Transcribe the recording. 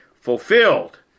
fulfilled